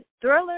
Thriller